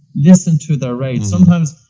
listen to their rate, sometimes.